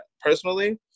personally